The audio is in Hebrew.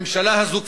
הממשלה הזאת,